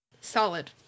Solid